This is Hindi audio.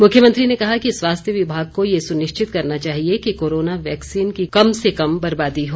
मुख्यमंत्री ने कहा कि स्वास्थ्य विभाग को यह सुनिश्चित करना चाहिए कि कोरोना वैक्सीन की कम से कम बर्बादी हो